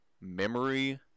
memory